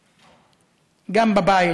בבית,